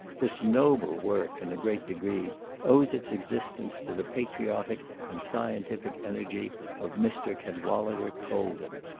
this noble work, in a great degree, owes its existence to the patriotic and scientific energy of mr. cadwallader colden.